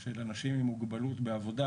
של אנשים עם מוגבלות בעבודה,